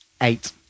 Eight